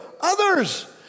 others